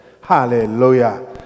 Hallelujah